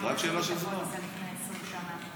זו רק שאלה של זמן.